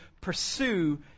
pursue